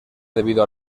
debido